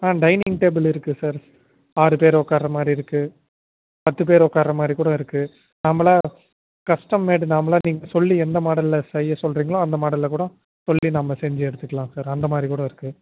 ஆ dining table இருக்கு sir ஆறு பேர் உட்கார மாதிரி இருக்கு பத்துபேர் உட்கார மாதிரி கூட இருக்கு நாமளாக கஸ்டம்மேடு நாமளாக நீங்கள் சொல்லி எந்த மாடலில் செய்ய சொல்கிறீங்களோ அந்த மாடலில் கூட சொல்லி நம்ம செஞ்சு எடுத்துக்கலாம் சார் அந்தமாதிரி கூட இருக்கு